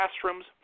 classrooms